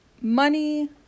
Money